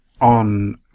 On